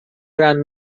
gran